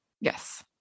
Yes